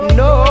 no